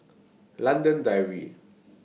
London Dairy